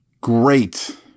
Great